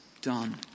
done